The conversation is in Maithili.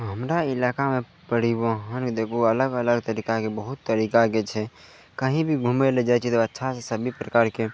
हँ हमरा इलाकामे करीब वाहन देखू अलग अलग तरीकाके बहुत तरीकाके छै कहीं भी घुमय लए जाइ छियै तऽ अच्छासँ सभी प्रकारके